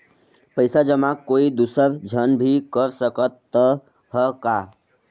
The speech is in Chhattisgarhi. पइसा जमा कोई दुसर झन भी कर सकत त ह का?